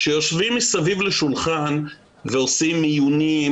כשיושבים מסביב לשולחן ועושים מיונים,